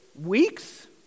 weeks